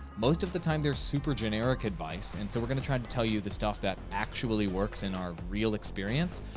most of the time there's super generic advice. and so we're gonna try to tell you the stuff that actually works in our real experience,